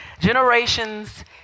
Generations